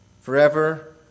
forever